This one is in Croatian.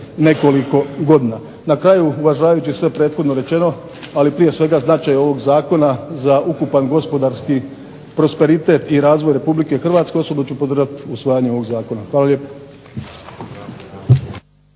Na kraju uvažavajući sve prethodno rečeno, ali prije svega značaj ovog zakona za ukupan gospodarski prosperitet i razvoj Republike Hrvatske, osobno ću podržati usvajanje ovog zakona. Hvala lijepo.